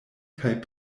kaj